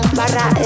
barra